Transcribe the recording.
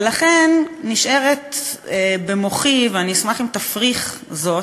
ולכן נשאר במוחי, ואני אשמח אם תפריך זאת,